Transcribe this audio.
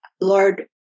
Lord